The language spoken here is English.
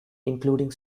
including